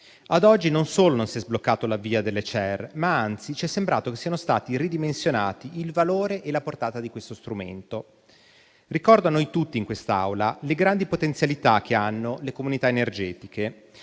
Ad oggi, non solo non si è sbloccato l'avvio delle CER, ma anzi ci è sembrato che siano stati ridimensionati il valore e la portata di questo strumento. Ricordo a noi tutti in quest'Aula le grandi potenzialità che hanno le comunità energetiche,